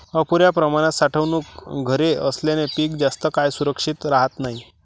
अपुर्या प्रमाणात साठवणूक घरे असल्याने पीक जास्त काळ सुरक्षित राहत नाही